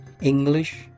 English